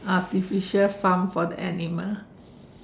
artificial farm for the animal